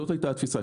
זאת הייתה התפיסה,